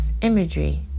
Imagery